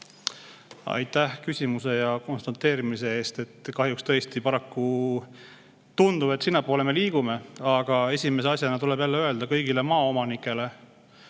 Aitäh küsimuse ja konstateerimise eest! Kahjuks tõesti tundub, et sinnapoole me liigume. Aga esimese asjana tuleb jälle öelda kõigile maaomanikele